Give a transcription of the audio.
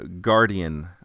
Guardian